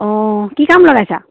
অ' কি কাম লগাইছা